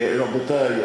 רבותי,